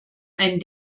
ein